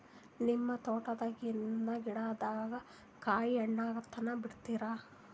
ನಿಮ್ಮ ತೋಟದಾಗಿನ್ ಗಿಡದಾಗ ಕಾಯಿ ಹಣ್ಣಾಗ ತನಾ ಬಿಡತೀರ?